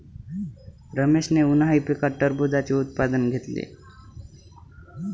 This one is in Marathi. रमेशने उन्हाळी पिकात टरबूजाचे उत्पादन घेतले